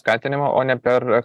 skatinimo o ne per